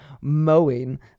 mowing